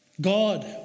God